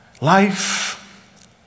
Life